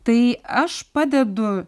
tai aš padedu